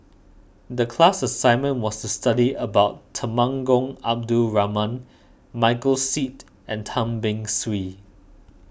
the class assignment was to study about Temenggong Abdul Rahman Michael Seet and Tan Beng Swee